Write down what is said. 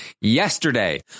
yesterday